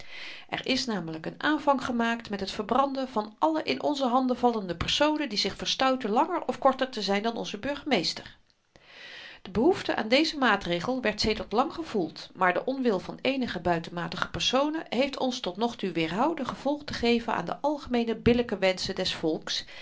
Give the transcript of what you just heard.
er is namelyk n aanvang gemaakt met het verbranden van alle in onze handen vallende personen die zich verstouten langer of korter te zyn dan onze burgemeester de behoefte aan dezen maatregel werd sedert lang gevoeld maar de onwil van eenige buitenmatige personen heeft ons tot nog toe weerhouden gevolg te geven aan de algemeene billyke wenschen des volks